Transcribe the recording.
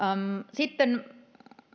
sitten